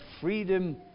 freedom